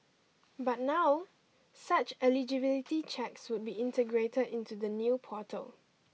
but now such eligibility checks would be integrated into the new portal